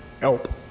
help